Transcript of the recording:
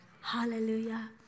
Hallelujah